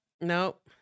Nope